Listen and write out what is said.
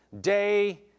day